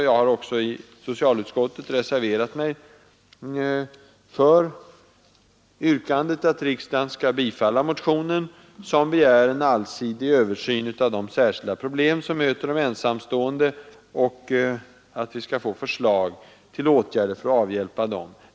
Jag har också i socialutskottet reserverat mig för yrkandet att riksdagen skall bifalla motionen, i vilken det begärs en allsidig översyn av de särskilda problem som möter de ensamstående och vidare förslag till åtgärder för att avhjälpa dem.